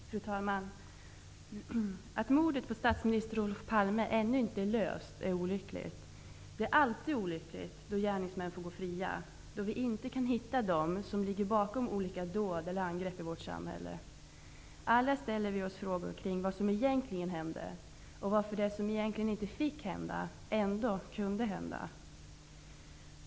Fru talman! Att mordet på statsminister Olof Palme ännu inte är löst är olyckligt. Det är alltid olyckligt då gärningsmän får gå fria, då vi inte kan hitta dem som ligger bakom olika dåd och angrepp i samhället. Alla ställer vi oss frågor kring vad som egentligen hände, och varför det som egentligen inte fick hända ändå kunde hända.